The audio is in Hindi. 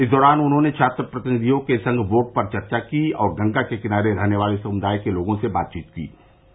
इस दौरान उन्होंने छात्र प्रतिनिधियों के संग वोट पर चर्चा की और गंगा के किनारे रहने वाले समुदाय के लोगों से बातचीत कीं